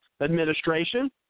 administration